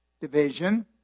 division